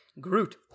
Groot